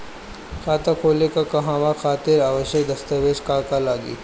खाता खोले के कहवा खातिर आवश्यक दस्तावेज का का लगी?